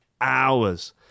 hours